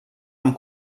amb